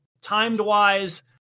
timed-wise